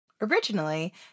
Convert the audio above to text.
Originally